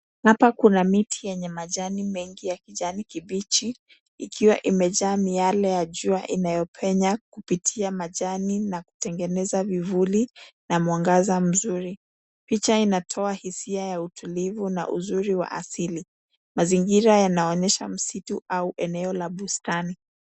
Hapa kuna miti yenye majani mengi ya kijani kibichi ikiwa imejaa miale ya jua inayopenya kupitia majani na kutengeneza vivuli na mwangaza mzuri. Picha inatoa hisia ya utulivu na uzuri wa asili. Mazingira yanaonyesha msitu au eneo la bustani.